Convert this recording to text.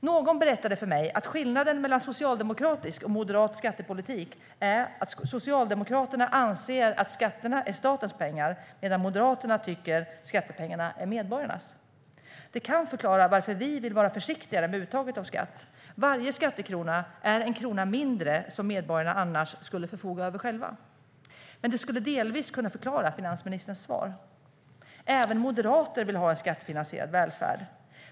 Någon berättade för mig att skillnaden mellan socialdemokratisk och moderat skattepolitik är att Socialdemokraterna anser att skatterna är statens pengar, medan Moderaterna tycker att skattepengarna är medborgarnas. Detta kan förklara varför vi vill vara försiktigare med uttaget av skatt: Varje skattekrona är en krona mindre som medborgarna annars skulle förfoga över själva. Det skulle delvis kunna förklara finansministerns svar. Även moderater vill ha en skattefinansierad välfärd.